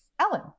Ellen